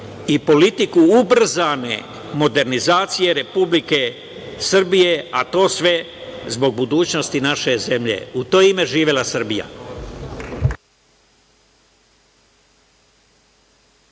i politiku ubrzane modernizacije Republike Srbije, a to sve zbog budućnosti naše zemlje. U to ime, živela Srbija!